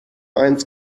eins